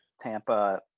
Tampa